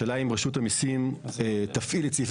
השאלה היא אם רשות המיסים תפעיל את סעיף